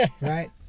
right